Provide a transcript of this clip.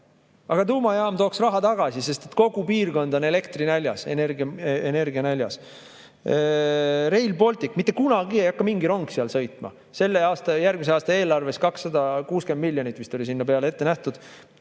Aga tuumajaam tooks raha tagasi, sest kogu piirkond on elektrinäljas, energianäljas. Rail Baltic. Mitte kunagi ei hakka mingi rong seal sõitma. Selle aasta ja järgmise aasta eelarves 260 miljonit vist oli sellele ette nähtud.